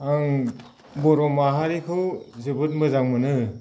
आं बर' माहारिखौ जोबोद मोजां मोनो